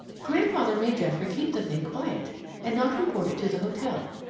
grandfather made geoffrey keep the thing quiet and not report it to the hotel,